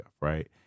right